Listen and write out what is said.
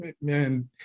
man